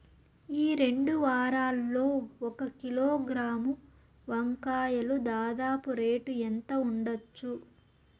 ఈ రెండు వారాల్లో ఒక కిలోగ్రాము వంకాయలు దాదాపు రేటు ఎంత ఉండచ్చు?